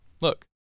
look